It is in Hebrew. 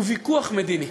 הוא ויכוח מדיני.